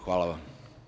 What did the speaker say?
Hvala vam.